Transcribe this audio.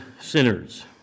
sinners